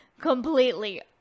Completely